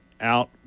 out